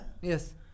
Yes